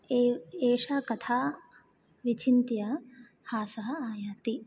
ए एषा कथा विचिन्त्य हासः आयाति